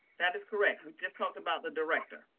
that is correct. we just talked about the director.